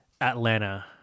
Atlanta